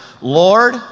Lord